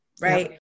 right